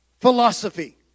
philosophy